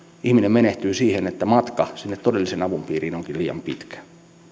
ihminen menehtyy siihen että matka sinne todellisen avun piiriin onkin liian pitkä